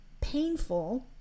painful